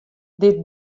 dit